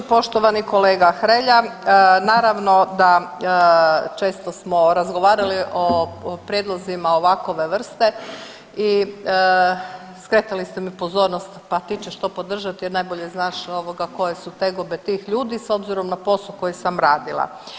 Poštovani kolega Hrelja, naravno da često smo razgovarali o prijedlozima ovakove vrste i skretali ste mi pozornost pa ti ćeš to podržati jer najbolje znaš koje su tegobe tih ljudi s obzirom na posao koji sam radila.